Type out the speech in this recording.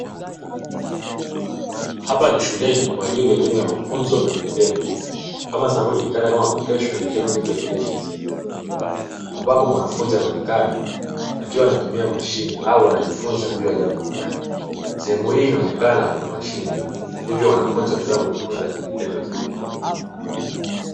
Hapa ni shuleni kwa ajili ya elimu ya mafunzo na vitendo kama zinavyojulikana kama "vacational and technical education center" ambapo mwanafunzi anaonekana akiwa anatumia mashine au anajifunza juu ya jambo fulani sehemu hii inaonekana kuna mashine nyingi hivyo wanafunzi wanaweza kujifunza kivitendo zaidi.